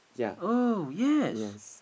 oh yes